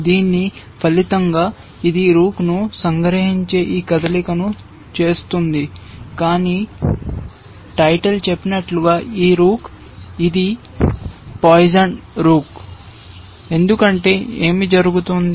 దీని ఫలితంగా ఇది రూక్ను సంగ్రహించే ఈ కదలికను చేస్తుంది కానీ టైటిల్ చెప్పినట్లుగా ఈ రూక్ ఇది పాయిజన్ రూక్ ఎందుకంటే ఏమి జరుగుతుంది